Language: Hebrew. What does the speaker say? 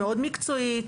מאוד מקצועית,